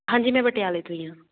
ਹਾਂਜੀ ਮੈਂ ਪਟਿਆਲੇ ਤੋਂ ਹੀ ਹਾਂ